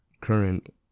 current